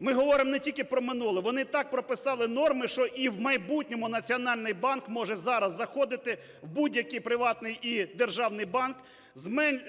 ми говоримо не тільки про минуле, вони так прописали норми, що і в майбутньому Національний банк може зараз заходити в будь-який приватний і державний банк,